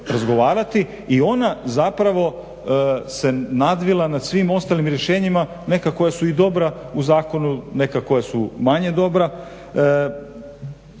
I ona zapravo se nadvila nad svim ostalim rješenjima, neka koja su i dobra u zakonu, neka koja su manje dobra.